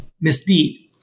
misdeed